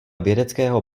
vědeckého